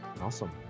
Awesome